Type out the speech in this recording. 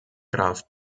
graf